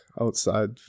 outside